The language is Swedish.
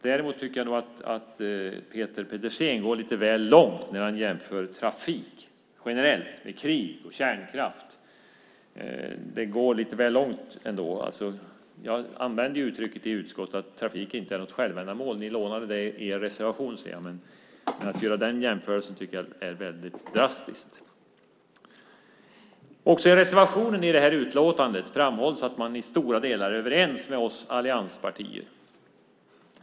Däremot tycker jag nog att Peter Pedersen går väl långt när han jämför trafik generellt med krig och kärnkraft. I utskottet använde jag uttrycket att trafik inte är något självändamål. Jag ser att ni lånade det i er reservation, men att göra den jämförelsen tycker jag är väldigt drastiskt. Också i reservationen i det här utlåtandet framhålls att man i stora delar är överens med oss allianspartier.